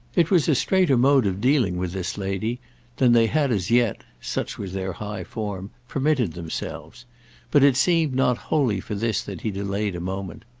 it was a straighter mode of dealing with this lady than they had as yet such was their high form permitted themselves but it seemed not wholly for this that he delayed a moment.